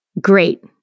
Great